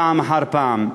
פעם אחר פעם.